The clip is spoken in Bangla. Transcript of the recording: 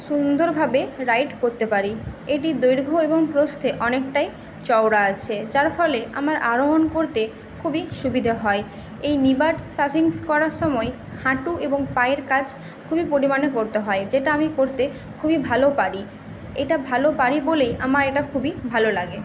সুন্দরভাবে রাইড করতে পারি এটির দৈর্ঘ্য এবং প্রস্থে অনেকটাই চওড়া আছে যার ফলে আমার আরোহণ করতে খুবই সুবিধে হয় এই নিবার্ড সাফিংস করার সময়ে হাঁটু এবং পায়ের কাজ খুবই পরিমাণে করতে হয় যেটা আমি করতে খুবই ভালো পারি এটা ভালো পারি বলেই আমার এটা খুবই ভালো লাগে